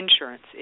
insurance